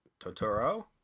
totoro